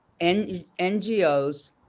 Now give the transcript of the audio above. NGOs